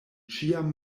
ĉiam